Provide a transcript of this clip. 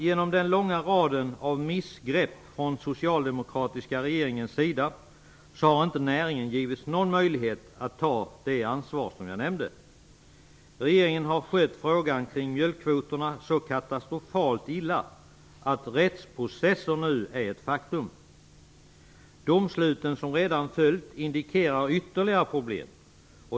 Genom den långa raden av missgrepp från den socialdemokratiska regeringens sida har inte näringen givits möjlighet att ta det ansvar som jag nämnde. Regeringen har skött frågan om mjölkkvoterna så katastrofalt illa att rättsprocesser nu är ett faktum. De domslut som redan blivit följden indikerar ytterligare problem.